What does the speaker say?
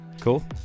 Cool